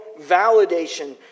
validation